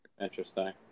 Interesting